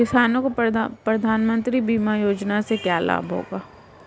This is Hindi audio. किसानों को प्रधानमंत्री बीमा योजना से क्या लाभ होगा?